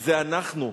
זה אנחנו.